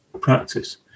practice